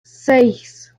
seis